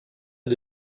est